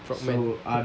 frogmen